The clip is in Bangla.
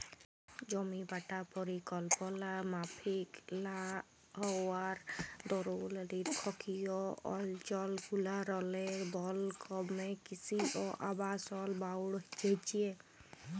জমিবাঁটা পরিকল্পলা মাফিক লা হউয়ার দরুল লিরখ্খিয় অলচলগুলারলে বল ক্যমে কিসি অ আবাসল বাইড়হেছে